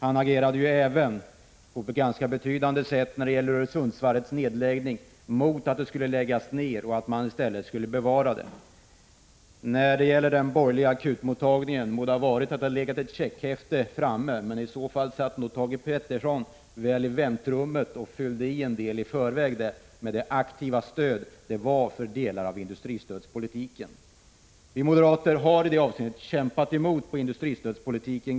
Han agerade även i ganska betydande utsträckning mot nedläggning av Öresundsvarvet och för bevarande av detta varv. På den borgerliga akutmottagningen må det ha legat ett checkhäfte framme, men i så fall satt nog Thage Peterson i väntrummet och fyllde i en del i förväg — med tanke på det aktiva stöd som gavs för delar av industristödspolitiken. Vi moderater har ganska väsentligt kämpat emot industristödspolitiken.